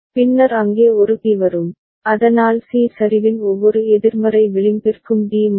பின்னர் அங்கே ஒரு டி வரும் அதனால் C சரிவின் ஒவ்வொரு எதிர்மறை விளிம்பிற்கும் D மாறும்